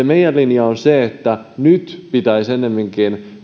meidän linjamme on se että nyt nousukautena pitäisi ennemminkin